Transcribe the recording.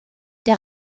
der